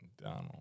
Donald